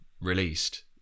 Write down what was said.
released